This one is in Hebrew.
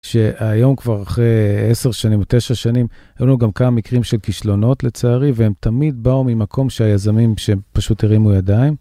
שהיום כבר אחרי עשר שנים או תשע שנים היו לנו גם כמה מקרים של כישלונות לצערי, והם תמיד באו ממקום שהיזמים, שהם פשוט הרימו ידיים.